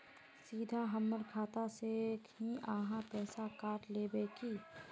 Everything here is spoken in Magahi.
सीधा हमर खाता से ही आहाँ पैसा काट लेबे की?